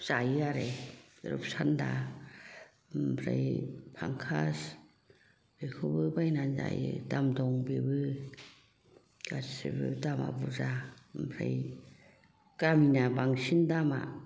जायो आरो रुप सान्दा ओमफ्राय पांकास बेखौबो बायनानै जायो दाम दं बेबो गासिबो दामआ बुरजा ओमफ्राय गामिना बांसिन दामआ